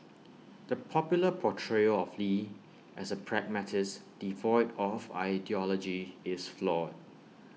the popular portrayal of lee as A pragmatist devoid of ideology is flawed